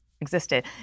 existed